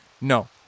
no